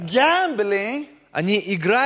gambling